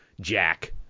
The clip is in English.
Jack